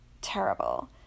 Terrible